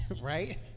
Right